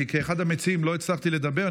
אני כאחד המציעים לא הצלחתי לדבר.